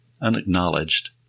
unacknowledged